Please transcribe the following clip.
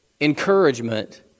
encouragement